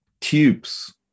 tubes